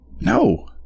No